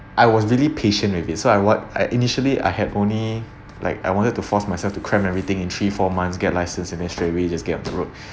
I was really patient with it so I what I initially I had only like I wanted to force myself to cram everything in three four months get license and then straight away just get a work